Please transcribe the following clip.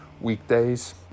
weekdays